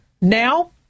Now